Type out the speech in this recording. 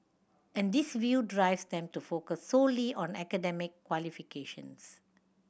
and this view drives them to focus solely on academic qualifications